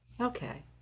Okay